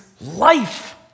Life